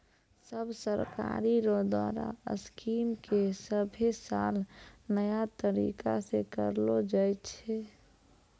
सब सरकार रो द्वारा स्कीम के सभे साल नया तरीकासे करलो जाए छै